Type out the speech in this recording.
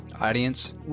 audience